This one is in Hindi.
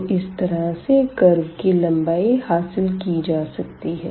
तो इस तरह से कर्व की लम्बाई हासिल की जा सकती है